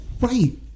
Right